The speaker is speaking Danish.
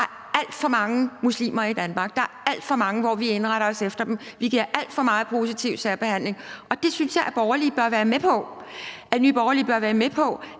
Der er alt for mange muslimer i Danmark. Der er alt for mange, som vi indretter os efter; vi giver alt for meget positiv særbehandling. Og der synes jeg, at Nye Borgerlige bør være med på, at det går simpelt hen